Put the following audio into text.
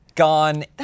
gone